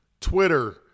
Twitter